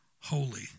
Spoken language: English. holy